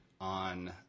on